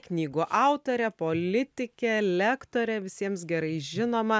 knygų autorė politikė lektorė visiems gerai žinoma